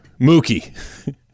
Mookie